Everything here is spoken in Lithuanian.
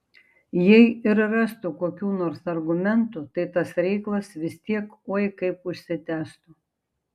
jei ir rastų kokių nors argumentų tai tas reikalas vis tiek oi kaip užsitęstų